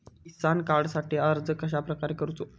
किसान कार्डखाती अर्ज कश्याप्रकारे करूचो?